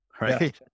Right